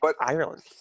Ireland